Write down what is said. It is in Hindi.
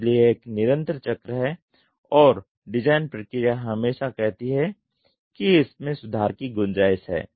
इसलिए यह एक निरंतर चक्र है और डिजाइन प्रक्रिया हमेशा कहती है कि इसमें सुधार की गुंजाइश है